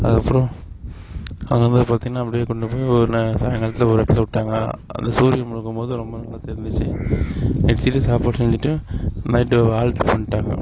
அதுக்கப்புறம் அங்கே போய் பார்த்தீங்கனா அப்படியே கொண்டு போய் ஒரு ந சாய்ங்காலத்தில் ஒரு இடத்துல விட்டாங்க அங்கே சூரியன் முழுகும்போது ரொம்ப நல்லா தெரிஞ்சுச்சு நிறுத்திட்டு சாப்பாடு செஞ்சிட்டு நைட்டு ஹால்ட் பண்ணிட்டாங்க